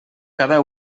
cada